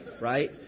Right